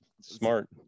Smart